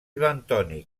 bentònic